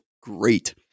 great